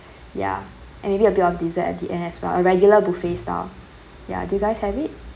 ya and maybe a bit of dessert at the end as well a regular buffet style ya do you guys have it